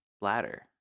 bladder